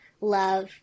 love